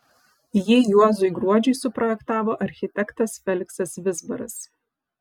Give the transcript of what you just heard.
jį juozui gruodžiui suprojektavo architektas feliksas vizbaras